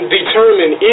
determine